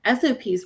SOPs